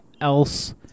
else